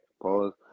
Pause